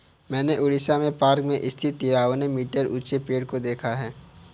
मैंने उड़ीसा में पार्क में स्थित तिरानवे मीटर ऊंचे पेड़ को देखा है